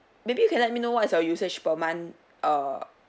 maybe you can let me know what is your usage per month err